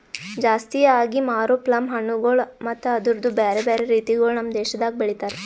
ಜಾಸ್ತಿ ಆಗಿ ಮಾರೋ ಪ್ಲಮ್ ಹಣ್ಣುಗೊಳ್ ಮತ್ತ ಅದುರ್ದು ಬ್ಯಾರೆ ಬ್ಯಾರೆ ರೀತಿಗೊಳ್ ನಮ್ ದೇಶದಾಗ್ ಬೆಳಿತಾರ್